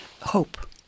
hope